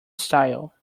style